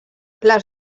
les